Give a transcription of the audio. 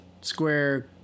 Square